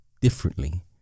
differently